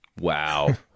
Wow